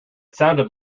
sounded